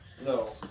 No